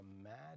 imagine